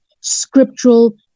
scriptural